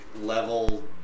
level